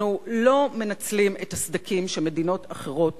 אנחנו לא מנצלים את הסדקים שמדינות אחרות